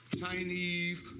Chinese